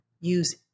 use